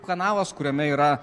kanalas kuriame yra